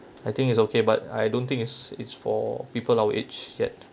I think it's okay but I don't think it's it's for people our age yet